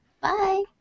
bye